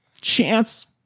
chance